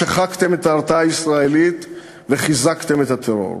שחקתם את ההרתעה הישראלית וחיזקתם את הטרור.